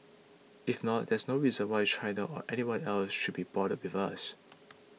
if not there's no reason why China or anyone else should be bothered with us